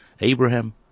Abraham